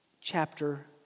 chapter